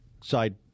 side